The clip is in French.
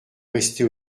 restez